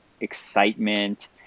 excitement